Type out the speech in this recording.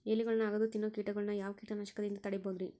ಎಲಿಗೊಳ್ನ ಅಗದು ತಿನ್ನೋ ಕೇಟಗೊಳ್ನ ಯಾವ ಕೇಟನಾಶಕದಿಂದ ತಡಿಬೋದ್ ರಿ?